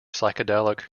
psychedelic